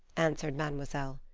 answered mademoiselle.